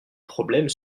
problème